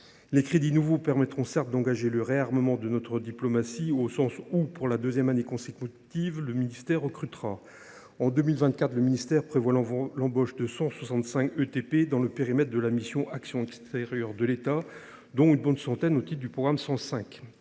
Les crédits nouveaux permettront certes d’engager le réarmement de notre diplomatie, au sens où, pour la seconde année consécutive, le ministère recrutera. En 2024, le ministère prévoit l’embauche de 165 ETP dans le périmètre de la mission « Action extérieure de l’État », dont une bonne centaine au titre du programme 105.